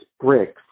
bricks